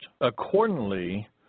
accordingly